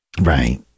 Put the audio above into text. right